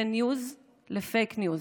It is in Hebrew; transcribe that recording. בין ניוז לפייק ניוז,